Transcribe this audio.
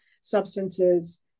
substances